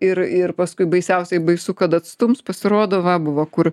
ir ir paskui baisiausiai baisu kad atstums pasirodo va buvo kur